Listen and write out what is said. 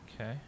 okay